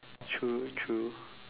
true true